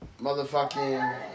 Motherfucking